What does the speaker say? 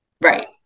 Right